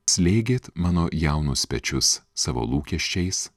slėgėt mano jaunus pečius savo lūkesčiais